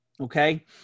Okay